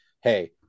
Hey